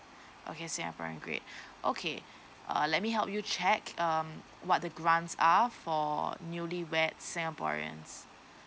okay singaporean great okay uh let me help you check um what the grants are for newly wed singaporeans